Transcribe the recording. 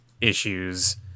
issues